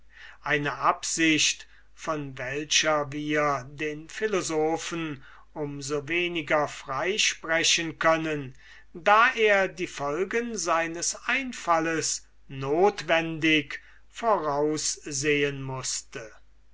eine absicht von welcher wir den philosophen um so weniger frei sprechen können da er die folgen seines einfalles notwendig voraussehen mußte